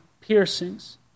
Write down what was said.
piercings